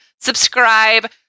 subscribe